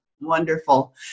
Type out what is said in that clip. Wonderful